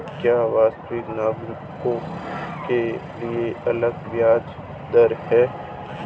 क्या वरिष्ठ नागरिकों के लिए अलग ब्याज दर है?